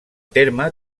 terme